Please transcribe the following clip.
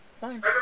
fine